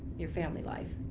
your family life?